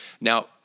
Now